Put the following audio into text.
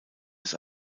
des